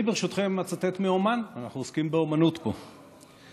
אני ברשותכם אצטט מאומן, אנחנו עוסקים באומנות פה: